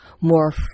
more